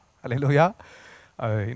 Hallelujah